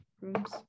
rooms